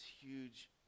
huge